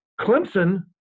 Clemson